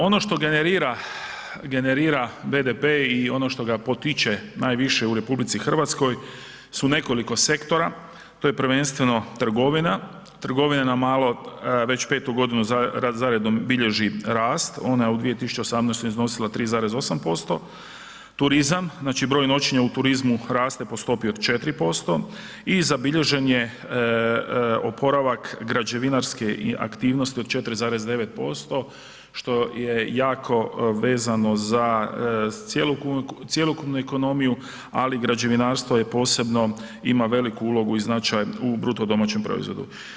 Ono što generira, generira BDP i ono što ga potiče najviše u RH su nekoliko sektora, to je prvenstveno trgovina, trgovina na malo već 5 godinu za redom bilježi rast, ona je u 2018. iznosila 3,8%, turizam znači broj noćenja u turizmu raste po stopi od 4% i zabilježen je oporavak građevinarske aktivnosti od 4,9% što je jako vezano za cjelokupnu ekonomiju, ali građevinarstvo je posebno ima veliku ulogu i značaj u bruto domaćem proizvodu.